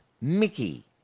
Mickey